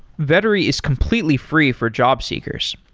vettery is completely free for jobseekers.